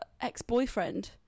ex-boyfriend